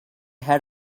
had